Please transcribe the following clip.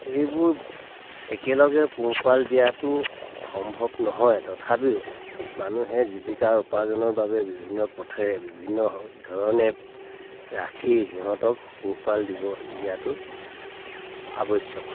এইবোৰ একেলগে পোহপাল দিয়াটো সম্ভৱ নহয় তথাপিও মানুহে জীৱিকা উপাৰ্জনৰ বাবে বিভিন্ন পথেৰে বিভিন্ন ধৰণে ৰাখি সিহঁতক পোহপাল দিব দিয়াটো আৱশ্যক